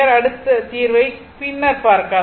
அடுத்த தீர்வை பின்னர் பார்க்கலாம்